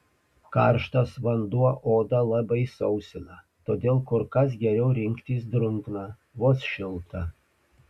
karštas vanduo odą labai sausina todėl kur kas geriau rinktis drungną vos šiltą